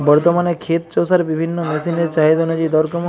বর্তমানে ক্ষেত চষার বিভিন্ন মেশিন এর চাহিদা অনুযায়ী দর কেমন?